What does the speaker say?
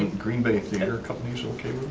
and green bay theater company's okay